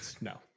No